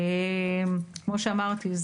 כמו שאמרתי,